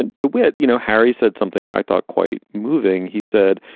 and to wit, you know, harry said something i thought quite moving. he said,